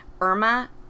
Irma